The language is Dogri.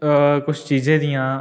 अ किश चीजें दियां